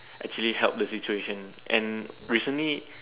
actually help the situation and recently